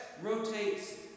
rotates